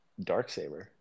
Darksaber